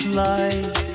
life